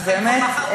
אז באמת,